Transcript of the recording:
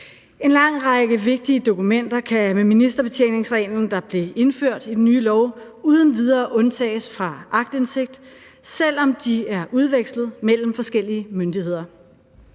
En lang række vigtige dokumenter kan med ministerbetjeningsreglen, der blev indført i den nye lov, uden videre undtages fra aktindsigt, selv om de er udvekslet mellem forskellige myndigheder.